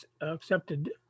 accepted